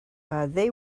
they